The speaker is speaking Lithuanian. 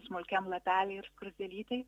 smulkiam lapely ir skruzdelytėj